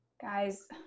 guys